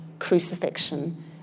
crucifixion